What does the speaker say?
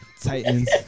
Titans